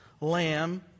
lamb